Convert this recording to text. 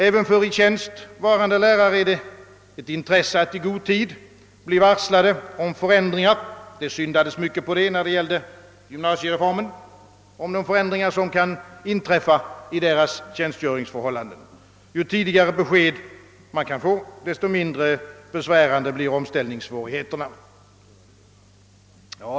Även för i tjänst varande lärare är det ett intresse att det i god tid varslas om förändringar — det syndades mycket på den punkten när det gällde gymnasireformen — som kan inträffa i deras tjänstgöringsförhållanden. Ju tidigare besked de kan få, desto mindre besvärande blir omställningssvårigheterna.